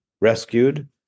rescued